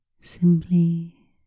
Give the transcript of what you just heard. Simply